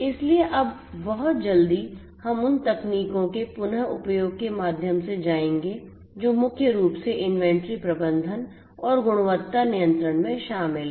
इसलिए अब बहुत जल्दी हम उन तकनीकों के पुन उपयोग के माध्यम से जाएंगे जो मुख्य रूप से इन्वेंट्री प्रबंधन और गुणवत्ता नियंत्रण में शामिल हैं